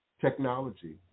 technology